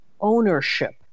ownership